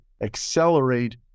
accelerate